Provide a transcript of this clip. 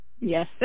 Yes